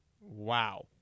Wow